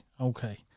Okay